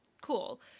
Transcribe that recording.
cool